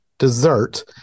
dessert